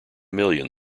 million